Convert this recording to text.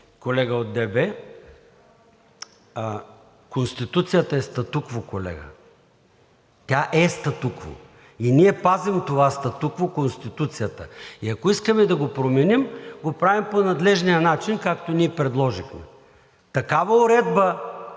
колега от ДБ, Конституцията е статукво, колега, тя е статукво, и ние пазим това статукво – Конституцията. И ако искаме да го променим, го правим по надлежния начин, както ние предложихме такава уредба